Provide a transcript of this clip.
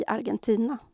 Argentina